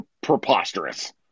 preposterous